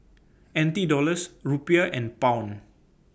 N T Dollars Rupiah and Pound